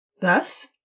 Thus